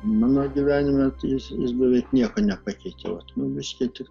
mano gyvenime tai jos jos beveik nieko nepakeitė vat nu biškį tik